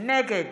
נגד